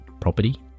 property